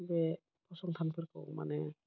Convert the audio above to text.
बे फसंथानफोरखौ माने